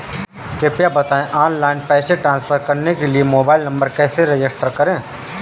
कृपया बताएं ऑनलाइन पैसे ट्रांसफर करने के लिए मोबाइल नंबर कैसे रजिस्टर करें?